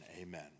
Amen